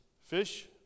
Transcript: Fish